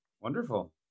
Wonderful